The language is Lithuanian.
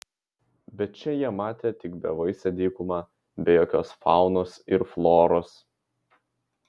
bet čia jie matė tik bevaisę dykumą be jokios faunos ir floros